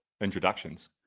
introductions